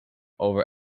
over